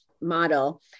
model